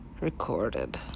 recorded